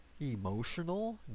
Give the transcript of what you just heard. emotional